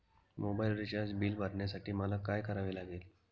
Mobile recharge bill भरण्यासाठी मला काय करावे लागेल?